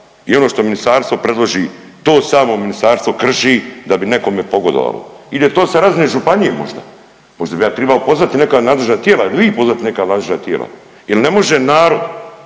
i ono što ministarstvo predloži to samo ministarstvo krši da bi nekome pogodovalo … to sa razine županije možda. Možda bi ja tribao pozvati neka nadležna tijela ili vi pozvati neka nadležna tijela jel ne može narod